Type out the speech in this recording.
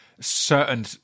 certain